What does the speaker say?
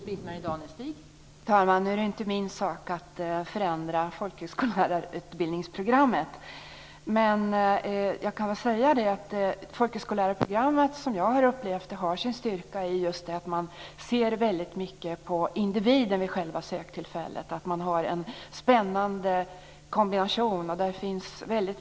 Fru talman! Nu är det inte min sak att förändra folkhögskolelärarutbildningsprogrammet. Som jag har upplevt det har det programmet sin styrka just i att man vid själva söktillfället ser väldigt mycket på individen - individer som har en spännande kombination.